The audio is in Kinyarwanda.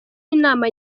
inama